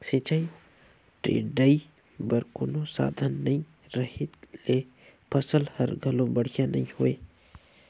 सिंचई टेड़ई बर कोनो साधन नई रहें ले फसल हर घलो बड़िहा नई होय